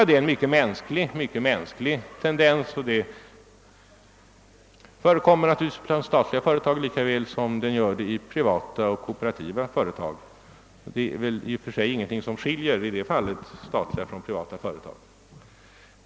Detta är en mycket mänsklig tendens, och den finns naturligtvis bland statliga företag lika väl som i privata och kooperativa företag. I det fallet är det väl i och för sig ingenting som skiljer statliga företag från privata och kooperativa.